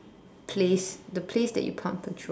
place the place that you pump petrol